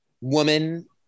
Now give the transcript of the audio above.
woman